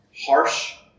harsh